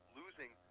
losing